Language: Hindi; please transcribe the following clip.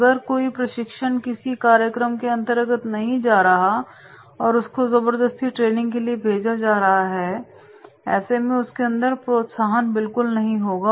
अगर कोई प्रशिक्षण किसी कार्यक्रम के अन्तर्गत नहीं किया जा रहा और उसको ज़बरदस्ती ट्रेनिंग के लिए भेजा जा रहा है ऐसे में उसके अंदर प्रोत्साहन बिल्कुल नहीं होगा